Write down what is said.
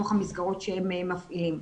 בתוך המסגרות שהם מפעילים.